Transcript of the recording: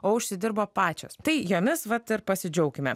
o užsidirbo pačios tai jomis vat ir pasidžiaukime